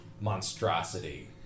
monstrosity